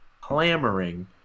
clamoring